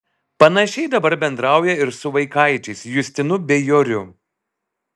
panašiai dabar bendrauja ir su vaikaičiais justinu bei joriu